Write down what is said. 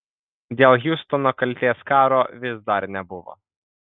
dėl hiustono kaltės karo vis dar nebuvo